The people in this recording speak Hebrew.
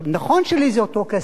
נכון שלי זה אותו כסף,